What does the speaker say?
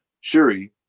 Shuri